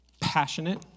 passionate